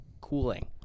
cooling